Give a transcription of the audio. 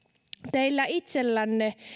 teillä itsellänne